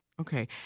Okay